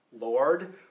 Lord